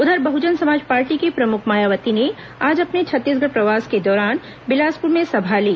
उधर बहुजन समाज पार्टी की प्रमुख मायावती ने आज अपने छत्तीसगढ़ प्रवास के दौरान बिलासपुर में सभा ली